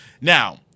Now